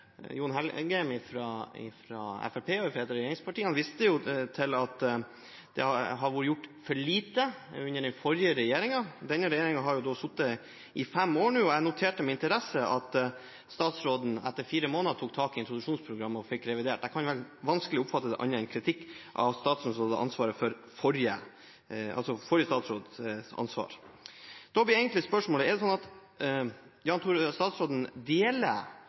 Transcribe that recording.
har vært kunnskaps- og integreringsminister. Representanten Engen-Helgheim fra Fremskrittspartiet, et av regjeringspartiene, viste til at det ble gjort for lite under den forrige regjeringen. Denne regjeringen har nå sittet i fem år, og jeg noterte med interesse at statsråden etter fire måneder tok tak i introduksjonsprogrammet og fikk revidert det. Jeg kan vanskelig oppfatte det som annet enn kritikk av forrige statsråd. Da er spørsmålet: Er det slik at statsråden deler